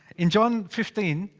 in john fifteen,